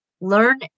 learn